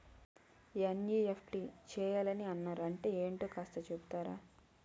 NEFT చేయాలని అన్నారు అంటే ఏంటో కాస్త చెపుతారా?